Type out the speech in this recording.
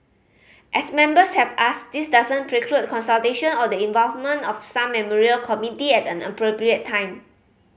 as Members have asked this doesn't preclude consultation or the involvement of some memorial committee at an appropriate time